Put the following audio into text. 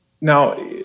now